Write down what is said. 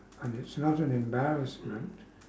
um it's not an embarrassment